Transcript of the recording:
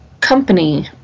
company